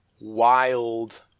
wild